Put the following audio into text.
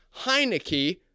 Heineke